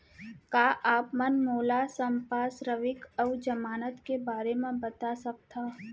का आप मन मोला संपार्श्र्विक अऊ जमानत के बारे म बता सकथव?